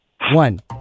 one